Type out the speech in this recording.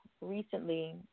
recently